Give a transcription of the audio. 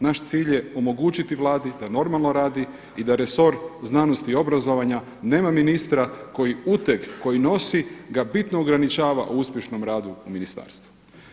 Naš cilj je omogućiti Vladi da normalno radi i da resor znanosti i obrazovanja nema ministra koji uteg koji nosi ga bitno ograničava u uspješnom radu u ministarstvu.